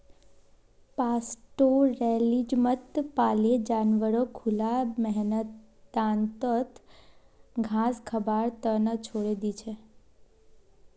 पास्टोरैलिज्मत पाले जानवरक खुला मैदानत घास खबार त न छोरे दी छेक